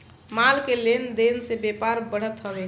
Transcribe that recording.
माल के लेन देन से व्यापार बढ़त हवे